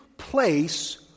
Place